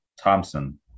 Thompson